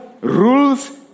rules